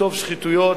לחשוף שחיתויות,